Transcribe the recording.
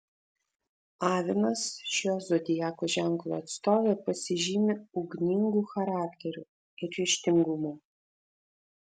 avinas šio zodiako ženklo atstovė pasižymi ugningu charakteriu ir ryžtingumu